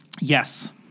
yes